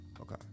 okay